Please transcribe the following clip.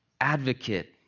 advocate